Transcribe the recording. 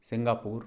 Singapore